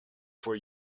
for